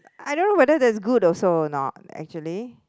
I don't know whether that's good or not actually